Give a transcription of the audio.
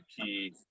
key